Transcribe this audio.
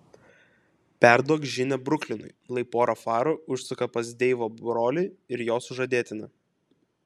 perduok žinią bruklinui lai pora farų užsuka pas deivo brolį ir jo sužadėtinę